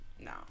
No